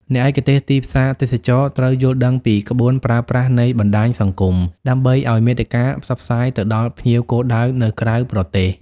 អ្នកឯកទេសទីផ្សារទេសចរណ៍ត្រូវយល់ដឹងពីក្បួនប្រើប្រាស់នៃបណ្តាញសង្គម ដើម្បីឱ្យមាតិកាផ្សព្វផ្សាយទៅដល់ភ្ញៀវគោលដៅនៅក្រៅប្រទេស។